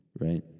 right